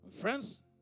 Friends